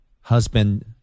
husband